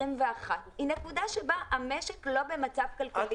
היא נקודה בה המשק לא במצב כלכלי טוב.